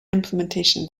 implementation